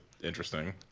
interesting